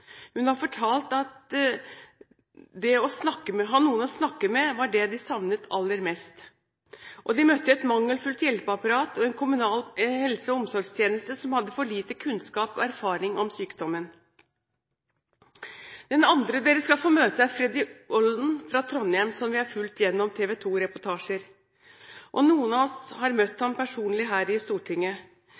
Hun har fortalt at det å ha noen å snakke med var det de savnet aller mest. De møtte et mangelfullt hjelpeapparat og en kommunal helse- og omsorgstjeneste som hadde for lite kunnskap og erfaring om sykdommen. Den andre dere skal få møte, er Freddy Olden fra Trondheim, som vi har fulgt gjennom TV 2-reportasjer. Noen av oss har møtt ham personlig her i Stortinget.